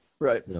Right